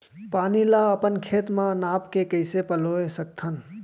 पानी ला अपन खेत म नाप के कइसे पलोय सकथन?